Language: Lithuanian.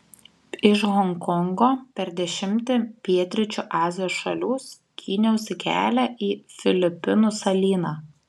iš honkongo per dešimtį pietryčių azijos šalių skyniausi kelią į filipinų salyną